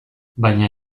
baina